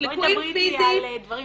בואי תדברי איתי על דברים פיזיים.